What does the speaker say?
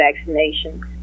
vaccinations